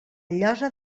llosa